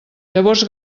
llavors